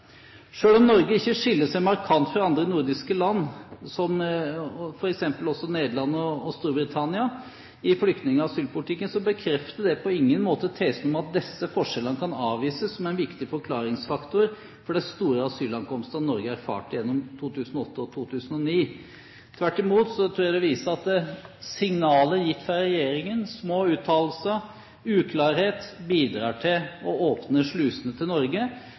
om Norge ikke skiller seg markant fra andre nordiske land, og også f.eks. Nederland og Storbritannia i flyktning- og asylpolitikken, bekrefter det på ingen måte tesen om at disse forskjellene kan avvises som en viktig forklaringsfaktor for de store asylankomstene Norge erfarte i 2008 og 2009. Tvert imot tror jeg det viser at signaler gitt fra regjeringen – små uttalelser, uklarhet – bidrar til å åpne slusene til Norge